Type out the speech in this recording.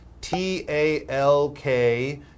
T-A-L-K